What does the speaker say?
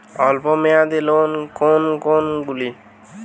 অল্প মেয়াদি লোন কোন কোনগুলি?